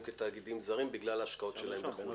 כתאגידים זרים בגלל השקעות שלהם בחו"ל.